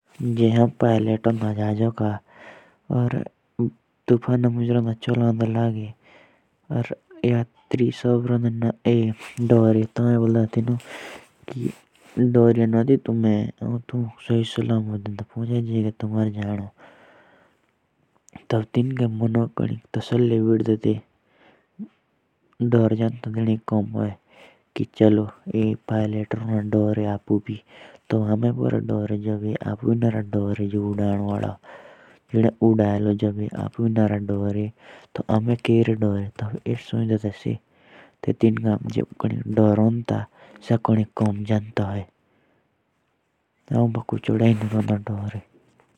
अगर में जहाज का पायलट होता और तूफान में चलाता रहता तो में उन्हे सतर्क करता कि कोई भी चिंता मत करो में तुम्हे सही सलामत पहुंचा दूंगा।